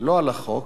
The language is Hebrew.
לא על החוק,